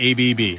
ABB